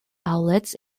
outlets